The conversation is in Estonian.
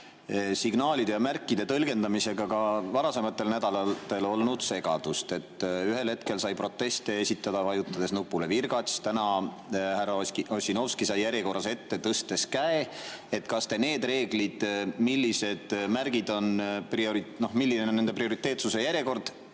signaalide ja märkide tõlgendamisega ka varasematel nädalatel olnud segadust. Ühel hetkel sai proteste esitada, vajutades nupule "Virgats", täna härra Ossinovski sai järjekorras ette, tõstes käe. Kas te need reeglid, millised märgid on prioriteetsed või milline on nende prioriteetsuse järjekord